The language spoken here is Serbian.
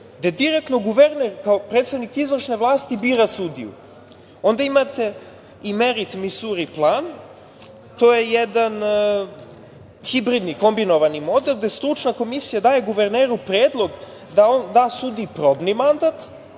gde direktno guverner kao predsednik izvršne vlasti bira sudiju. Onda imate „imerit misuri plam“ to je jedan hibridni kombinovani model, gde stručna komisija daje guverneru predlog da on da sudiji probni mandat,